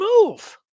move